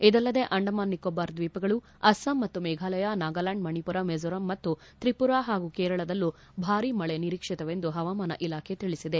ಇದಲ್ಲದೆ ಅಂಡಮಾನ್ ನಿಕೋಬಾರ್ ದ್ವೀಪಗಳು ಅಸ್ಲಾಂ ಮತ್ತು ಮೇಘಾಲಯ ನಾಗಾಲ್ಯಾಂಡ್ ಮಣಿಪುರ ಮಿಜೋರಾಂ ಮತ್ತು ತ್ರಿಪುರ ಹಾಗೂ ಕೇರಳದಲ್ಲೂ ಭಾರಿ ಮಳೆ ನಿರೀಕ್ಷಿತವೆಂದು ಹವಾಮಾನ ಇಲಾಖೆ ತಿಳಿಸಿದೆ